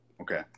Okay